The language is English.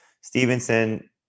Stevenson